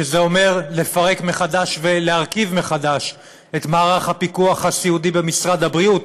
זה אומר לפרק מחדש ולהרכיב מחדש את מערך הפיקוח הסיעודי במשרד הבריאות,